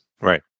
Right